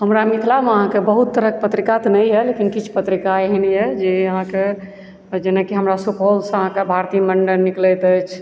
हमरा मिथिलामे अहाँके बहुत तरहक पत्रिका तऽ नहि अइ लेकिन किछु पत्रिका एहन अइ जे अहाँके जेनाकि हमरा सुपौलसँ अहाँके भारती मण्डन निकलैत अछि